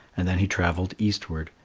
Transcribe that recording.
and then he travelled eastward,